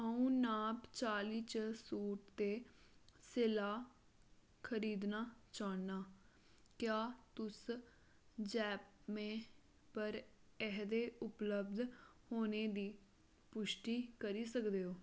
अ'ऊं नाप चाली च सूट ते सैल्ला खरीदना चाह्न्नां क्या तुस यैपमे पर एह्दे उपलब्ध होने दी पुश्टि करी सकदे ओ